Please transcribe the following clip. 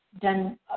done